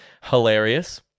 hilarious